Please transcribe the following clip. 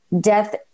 death